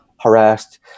harassed